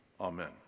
amen